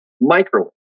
Microwave